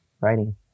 writing